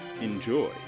enjoy